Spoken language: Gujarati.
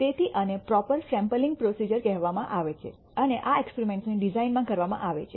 તેથી આને પ્રોપર સેમ્પલિંગ પ્રોસીજર કહેવામાં આવે છે અને આ એક્સપેરિમેન્ટ્સ ની ડિઝાઈન માં કરવામાં આવે છે